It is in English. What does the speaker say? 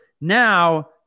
Now